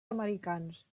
americans